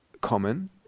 common